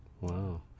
Wow